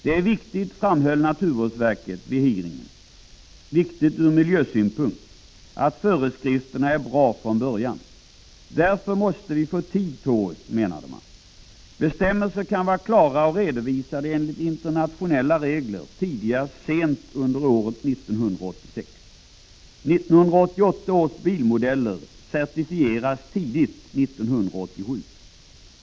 Det är viktigt, framhöll naturvårdsverket vid hearingen, ur miljösynpunkt att föreskrifterna är bra från början. Därför måste vi få tid på oss, menade man. Bestämmelser kan vara klara och redovisade enligt internationella regler tidigast sent under år 1986. 1988 års bilmodeller certifieras tidigt 1987.